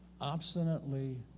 obstinately